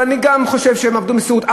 וגם אני חושב שהם עבדו במסירות,